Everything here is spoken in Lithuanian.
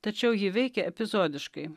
tačiau ji veikė epizodiškai